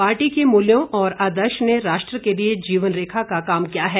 party के मूल्य और आदर्श ने राष्ट्र के लिए जीवन रेखा का काम किया है